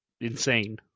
insane